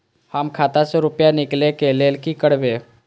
हम खाता से रुपया निकले के लेल की करबे?